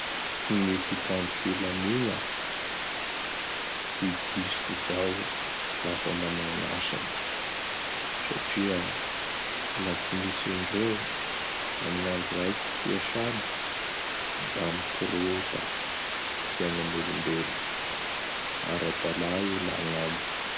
Gny mpitandro filamigna tsy diso izao lafa manao gn' asany satria laha tsy misy an'ireo amign' andro raiky tsy iasany; da mikorota gny fiaignan'olombelo. Ara-dalà io laha añamiko.